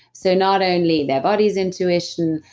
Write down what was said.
so not only their body's intuition,